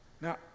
Now